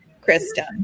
Kristen